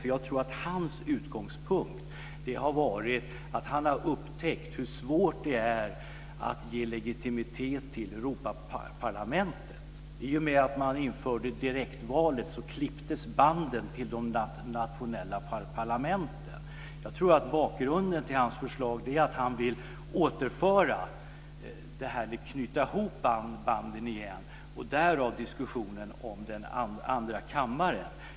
Jag tror nämligen att hans utgångspunkt har varit att han har upptäckt hur svårt det är att ge legitimitet till Europaparlamentet. I och med att man införde direktvalet så klipptes banden till de nationella parlamenten av. Jag tror att bakgrunden till hans förslag är att han vill knyta ihop banden igen och därav diskussionen om den andra kammaren.